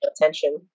attention